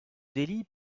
délit